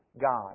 God